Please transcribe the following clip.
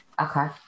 Okay